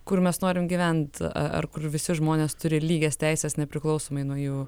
kur mes norim gyvent ar kur visi žmonės turi lygias teises nepriklausomai nuo jų